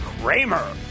Kramer